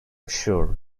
sure